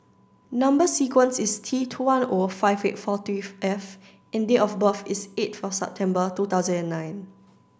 number sequence is T two one O five eight four three F and date of birth is eight for September two thousand nine